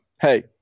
Hey